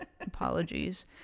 Apologies